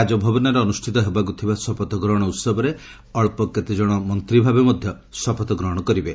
ରାଜଭବନରେ ଅନୁଷ୍ଠିତ ହେବାକୁ ଥିବା ଶପଥ ଗ୍ରହଣ ଉତ୍ସବରେ ଅଳ୍ପ କେତେଜଣ ମନ୍ତ୍ରୀ ଭାବେ ମଧ୍ୟ ଶପଥ ଗ୍ରହଣ କରିବେ